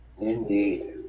Indeed